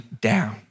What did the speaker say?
down